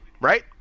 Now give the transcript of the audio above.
right